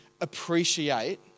appreciate